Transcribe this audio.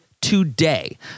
today